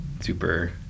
super